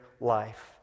life